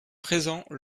présent